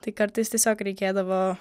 tai kartais tiesiog reikėdavo